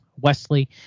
Wesley